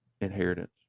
inheritance